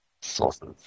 sources